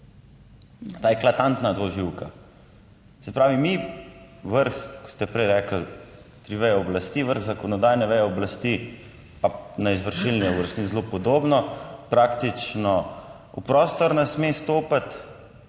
Ta eklatantna dvoživka. Se pravi, mi vrh, kot ste prej rekli, tri veje oblasti, vrh zakonodajne veje oblasti pa na izvršilni oblasti, zelo podobno, praktično v prostor ne sme stopiti,